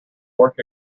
work